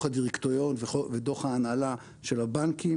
הדירקטוריון ודוח ההנהלה של הבנקים.